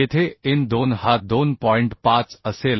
येथे n2 हा 2 असेल